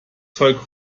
zeug